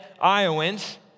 Iowans